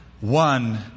one